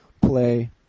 play